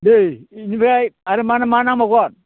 दे बेनिफ्राय आरो मा मा नांबावगोन